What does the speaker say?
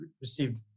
received